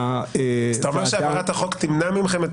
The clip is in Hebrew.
אתה אומר שהצעת החוק תמנע מכם את